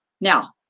Now